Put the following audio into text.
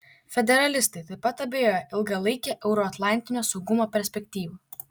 federalistai taip pat abejoja ilgalaike euroatlantinio saugumo perspektyva